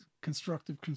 constructive